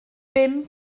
bum